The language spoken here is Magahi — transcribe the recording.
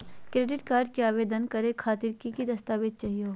क्रेडिट कार्ड आवेदन करे खातिर की की दस्तावेज चाहीयो हो?